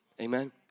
amen